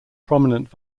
prominent